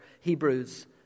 Hebrews